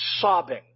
sobbing